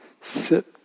sit